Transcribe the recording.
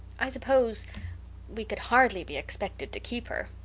i suppose we could hardly be expected to keep her.